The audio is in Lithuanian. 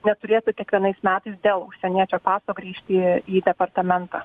neturėtų kiekvienais metais dėl užsieniečio paso grįžti į departamentą